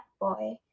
boy